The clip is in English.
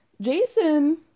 Jason